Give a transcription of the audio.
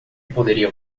poderia